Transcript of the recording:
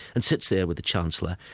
and sits there with the chancellor,